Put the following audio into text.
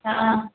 हँ